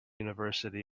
university